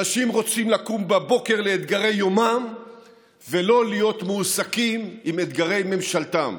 אנשים רוצים לקום בבוקר לאתגרי יומם ולא להיות מועסקים באתגרי ממשלתם.